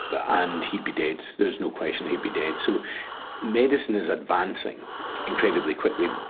but and he'd be dead, there's no question he'd be dead. so medicine is advancing incredibly quickly.